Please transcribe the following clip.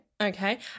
okay